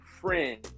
friend